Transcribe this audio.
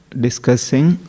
discussing